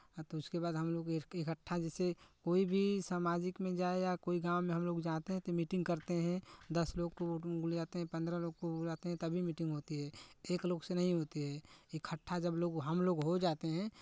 हाँ तो उसके बाद हमलोग इकट्ठा जैसे कोइ भी सामाजिक में जाये या कोई गाँव में हमलोग जाते हैं कि मीटिंग करते हैं दस लोग को बुलाते हैं पन्द्रह लोग को बुलाते हैं तभी मीटिंग होती है एक लोग से नहीं होती है इकट्ठा जब हमलोग हो जाते हैं